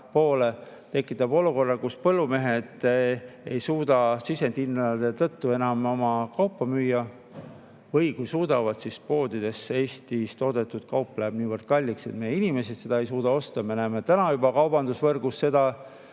poole, tekitab olukorra, kus põllumehed ei suuda sisendhindade tõttu enam oma kaupa müüa, või kui suudavad, siis poodides läheb Eestis toodetud kaup niivõrd kalliks, et meie inimesed ei suuda seda osta. Me näeme kaubandusvõrgus juba